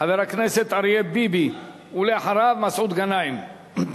חבר הכנסת אריה ביבי, ואחריו, מסעוד גנאים.